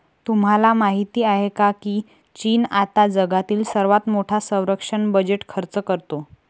तुम्हाला माहिती आहे का की चीन आता जगातील सर्वात मोठा संरक्षण बजेट खर्च करतो?